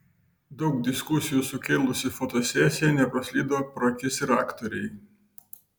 daug diskusijų sukėlusi fotosesija nepraslydo pro akis ir aktorei